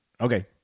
Okay